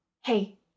Hey